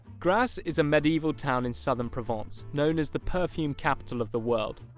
grasse is a medieval town in southern provence known as the perfume capital of the world.